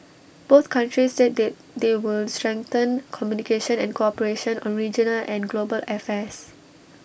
both countries said that they will strengthen communication and cooperation on regional and global affairs